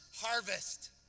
harvest